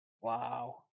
Wow